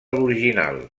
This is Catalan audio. l’original